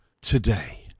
today